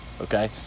Okay